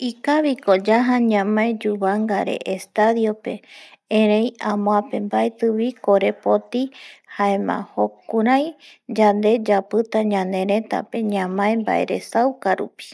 Ikabiko yaja ñamae yubanga re estadio pe erei amope baeti bi korepoti jaema jukurai yande yapita ñnereta pe ñamae baere sauka rupi